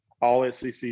all-SEC